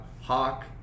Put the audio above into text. hawk